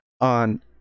on